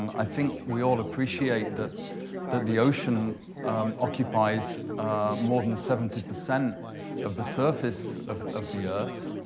i think we all appreciate that that the ocean occupies more than seventy percent of the surface of of the earth.